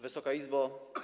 Wysoka Izbo!